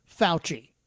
Fauci